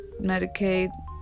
medicaid